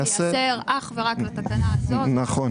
כאן חששנו שזה ייצור איזושהי פרשנות אחרת לגבי תקנות אחרות.